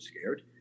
scared